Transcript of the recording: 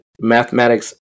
mathematics